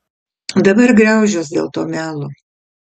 dabar griaužiuos dėl to melo